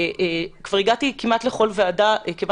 הגעתי כבר כמעט לכל ועדה בכנסת.